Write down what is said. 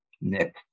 Nick